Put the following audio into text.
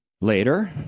Later